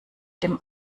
dem